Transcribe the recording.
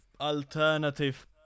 alternative